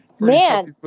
Man